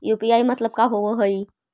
UPI मतलब का होब हइ?